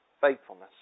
faithfulness